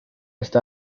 está